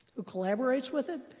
who collaborates with it,